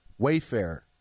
Wayfair